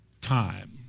time